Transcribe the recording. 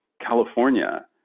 California